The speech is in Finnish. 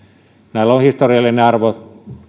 näillä on historiallinen arvo